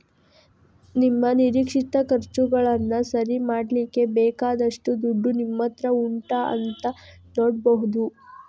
ನಿಮ್ಮ ನಿರೀಕ್ಷಿತ ಖರ್ಚುಗಳನ್ನ ಸರಿ ಮಾಡ್ಲಿಕ್ಕೆ ಬೇಕಾದಷ್ಟು ದುಡ್ಡು ನಿಮ್ಮತ್ರ ಉಂಟಾ ಅಂತ ನೋಡ್ಬಹುದು